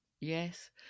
Yes